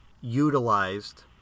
utilized